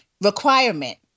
Requirement